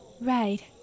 Right